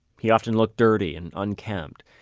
he often looked dirty and unkempt.